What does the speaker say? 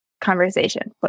conversation